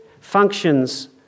functions